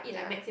yeah